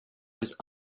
was